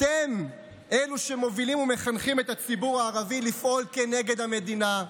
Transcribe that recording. אתם אלה שמובילים ומחנכים את הציבור הערבי לפעול כנגד המדינה,